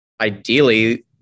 ideally